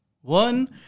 one